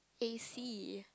A_C